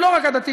ולא רק הדתי,